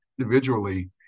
individually